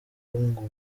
ngo